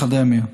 בחדרי המיון.